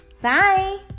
Bye